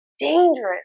dangerous